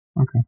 Okay